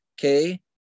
okay